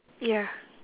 ya